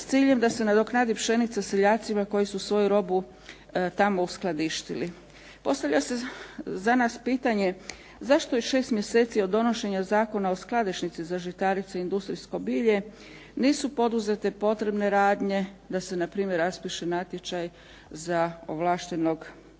s ciljem da se nadoknadi pšenica seljacima koji su svoju robu tamo uskladištili. Postavlja se za nas pitanje zašto šest mjeseci od donošenja Zakona o skladišnici za žitarice i industrijsko bilje nisu poduzete potrebne radnje da se npr. raspiše natječaj za ovlaštenog